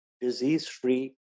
disease-free